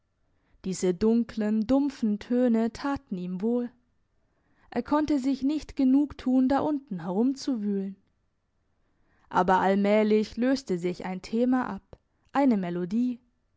diese dunklen dumpfen töne taten ihm wohl er konnte sich nicht genug tun da unten herumzuwühlen aber allmählich löste sich ein thema ab eine melodie